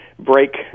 break